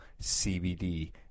CBD